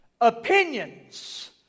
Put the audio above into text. opinions